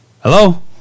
Hello